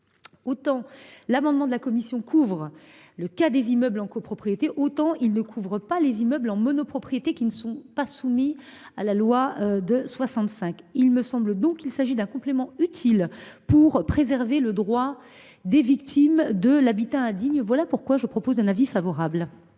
Le texte de la commission couvre le cas des immeubles en copropriété, mais il ne vise pas les immeubles en monopropriété, qui ne sont pas soumis à la loi de 1965. Il me semble donc qu’il s’agit d’un complément utile pour préserver le droit des victimes de l’habitat indigne. L’avis est cette fois favorable.